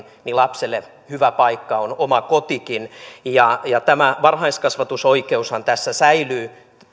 lapselle hyvä paikka on oma kotikin tämä varhaiskasvatusoikeushan tässä säilyy